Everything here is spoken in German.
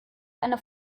eine